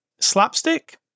Slapstick